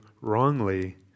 wrongly